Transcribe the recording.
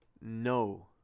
no